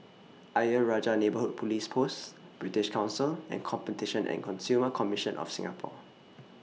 Ayer Rajah Neighbourhood Police Post British Council and Competition and Consumer Commission of Singapore